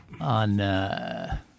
on